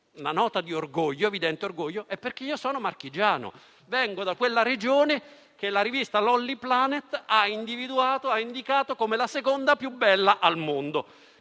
una nota di evidente orgoglio - è perché sono marchigiano: vengo da quella Regione che la rivista «Lonely Planet» ha indicato come la seconda più bella al mondo.